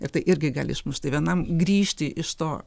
ir tai irgi gali išmušti vienam grįžti iš to